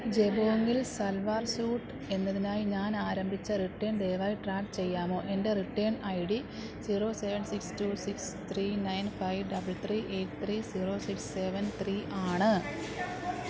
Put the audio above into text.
ജബോംഗിൽ salwar suit എന്നതിനായി ഞാൻ ആരംഭിച്ച റിട്ടേൺ ദയവായി ട്രാക്ക് ചെയ്യാമോ എൻ്റെ return I D zero seven six two six three nine five double three eight three zero six seven three ആണ്